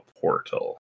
portal